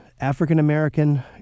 African-American